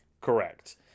Correct